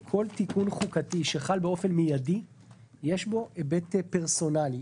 כל תיקון חוקתי שחל באופן מיידי יש בו היבט פרסונלי.